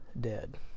dead